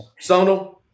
sonal